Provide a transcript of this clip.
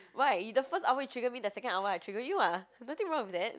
why in the first hour you trigger me the second hour I trigger you ah nothing wrong with that